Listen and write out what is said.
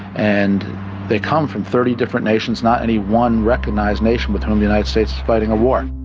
and they come from thirty different nations, not any one recognised nation with whom the united states is fighting a war.